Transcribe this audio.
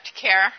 care